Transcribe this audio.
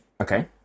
Okay